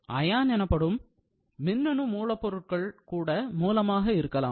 ion எனப்படும் மின்னணு மூலப்பொருட்கள் மூலமாக கூட இருக்கலாம்